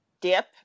dip